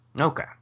Okay